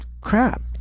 Crap